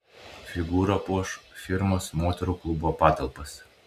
figūra puoš firmos moterų klubo patalpas